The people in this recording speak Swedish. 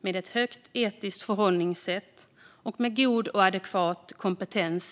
med ett förhållningssätt som präglas av hög etik och inte minst med god och adekvat kompetens.